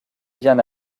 bien